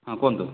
ହଁ କୁହନ୍ତୁ